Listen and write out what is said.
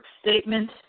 statement